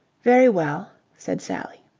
very well, said sally.